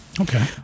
Okay